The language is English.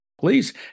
Please